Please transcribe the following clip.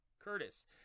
Curtis